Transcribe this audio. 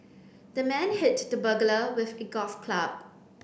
the man hit the burglar with a golf club